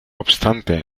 obstante